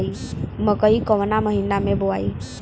मकई कवना महीना मे बोआइ?